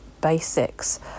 basics